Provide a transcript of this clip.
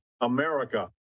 America